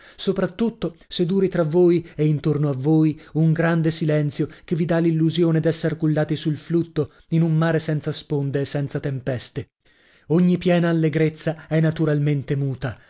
tutto se duri tra voi e intorno a voi un grande silenzio che vi dà l'illusione d'esser cullati sul flutto in un mare senza sponde e senza tempeste ogni piena allegrezza è naturalmente muta